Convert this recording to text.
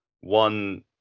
One